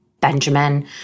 Benjamin